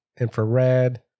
infrared